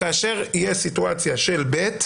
כאשר תהיה סיטואציה של (ב),